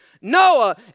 Noah